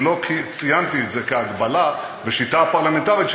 אני לא ציינתי את זה כהגבלה בשיטה הפרלמנטרית,